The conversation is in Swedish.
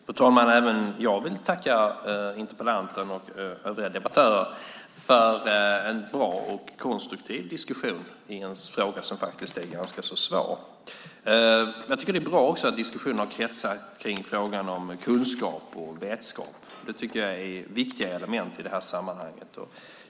Fru talman! Även jag vill tacka interpellanten och övrig debattör för en bra och konstruktiv diskussion i en fråga som är ganska svår. Jag tycker att det är bra att diskussionen har kretsat kring frågan om kunskap och vetskap. Det tycker jag är viktiga element i det här sammanhanget.